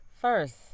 First